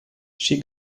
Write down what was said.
she